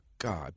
God